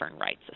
rights